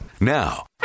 Now